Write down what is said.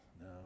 no